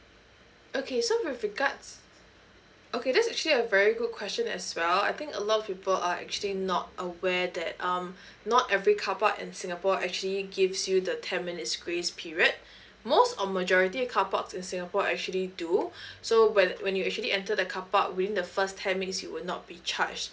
okay so with regards okay that's actually a very good question as well I think a lot of people are actually not aware that um not every carpark in singapore actually gives you the ten minutes grace period most or majority of carpark in singapore actually do so when when you actually enter the carpark within the first ten minutes you would not be charged